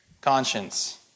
Conscience